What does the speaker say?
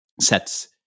sets